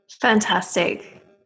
Fantastic